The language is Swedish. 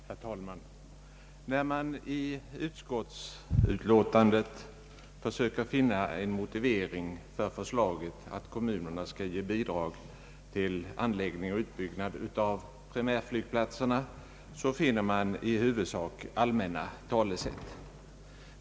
Herr talman! När man i utskottets utlåtande försöker finna en motivering för förslaget att kommunerna skall ge bidrag till anläggning och utbyggnad av primärflygplatserna, så finner man i huvudsak allmänna talesätt.